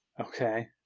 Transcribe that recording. Okay